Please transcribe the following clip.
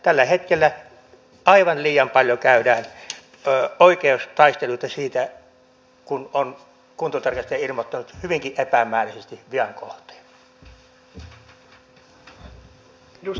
tällä hetkellä aivan liian paljon käydään oikeustaisteluita siitä kun kuntotarkastaja on ilmoittanut hyvinkin epämääräisesti vian kohteen